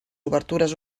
obertures